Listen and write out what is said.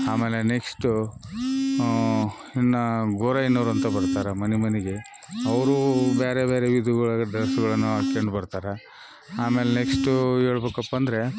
ಆಮೇಲೆ ನೆಕ್ಸ್ಟು ಇನ್ನು ನೆಕ್ಸ್ಟು ಗೋರಯ್ಯನೋರು ಅಂತ ಬರ್ತಾರೆ ಮನೆ ಮನೆಗೆ ಅವರು ಬೇರೆ ಬೇರೆ ವಿಧಗಳ್ ಡ್ರೆಸ್ಗಳನ್ ಹಾಕ್ಯಂಡ್ ಬರ್ತಾರೆ ಆಮೇಲೆ ನೆಕ್ಸ್ಟು ಹೇಳ್ಬೇಕಪ್ಪಾ ಅಂದರೆ